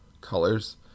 colors